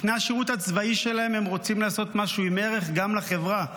לפני השירות הצבאי שלהם הם רוצים לעשות משהו עם ערך גם לחברה,